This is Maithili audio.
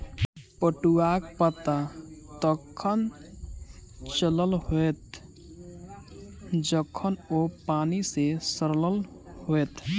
पटुआक पता तखन चलल होयत जखन ओ पानि मे सड़ल होयत